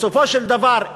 בסופו של דבר,